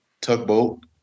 tugboat